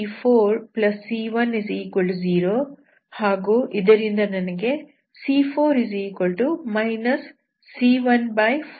3 c4c10 ಹಾಗೂ ಇದರಿಂದ ನನಗೆ c4 c14